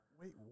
Wait